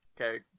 Okay